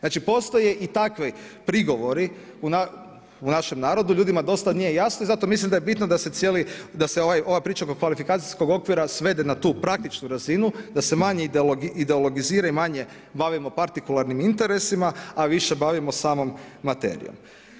Znači postoje i takvi prigovori u našem narodu, ljudima dosta nije jasno i zato mislim da je ova priča oko kvalifikacijskog okvira svede na tu praktičnu razinu, da se manji ideologizira i manje bavimo partikularnim interesima, a više bavimo samom materijom.